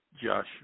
Josh